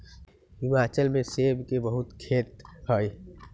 हिमाचल में सेब के बहुते खेत हई